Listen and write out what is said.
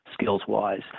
skills-wise